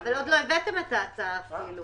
אבל עוד לא הבאתם את ההצעה אפילו,